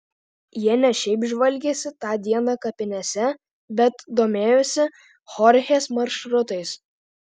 jie ne šiaip žvalgėsi tą dieną kapinėse bet domėjosi chorchės maršrutais